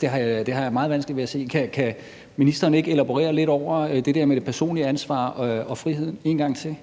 Det har jeg meget vanskeligt ved at se. Kan ministeren ikke elaborere lidt over det der med det personlige ansvar og friheden en gang til?